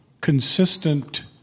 consistent